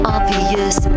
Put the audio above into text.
Obvious